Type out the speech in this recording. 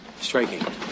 striking